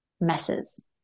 messes